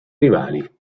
rivali